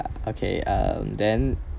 okay um then